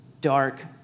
dark